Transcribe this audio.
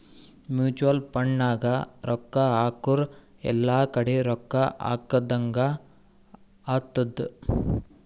mutual fund ನಾಗ್ ರೊಕ್ಕಾ ಹಾಕುರ್ ಎಲ್ಲಾ ಕಡಿ ರೊಕ್ಕಾ ಹಾಕದಂಗ್ ಆತ್ತುದ್